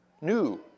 new